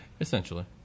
Essentially